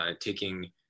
taking